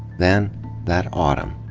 then that autumn,